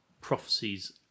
prophecies